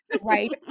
right